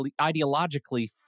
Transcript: ideologically